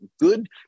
good